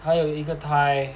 还有一个 thigh